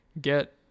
get